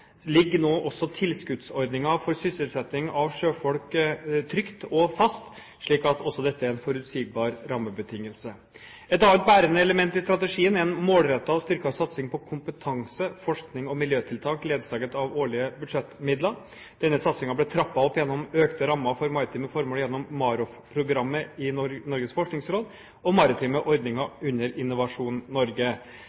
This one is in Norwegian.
ligger nå også tilskuddsordningen for sysselsetting av sjøfolk trygt og fast, slik at dette også er en forutsigbar rammebetingelse. Et annet bærende element i strategien er en målrettet og styrket satsing på kompetanse, forskning og miljøtiltak, ledsaget av årlige budsjettmidler. Denne satsingen ble trappet opp gjennom økte rammer for maritime formål gjennom MAROFF-programmet i Norges forskningsråd og maritime ordninger